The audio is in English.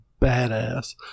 badass